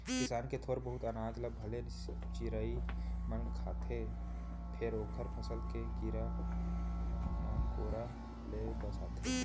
किसान के थोर बहुत अनाज ल भले चिरई मन खाथे फेर ओखर फसल के कीरा मकोरा ले बचाथे